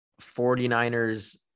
49ers